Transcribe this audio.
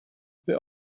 they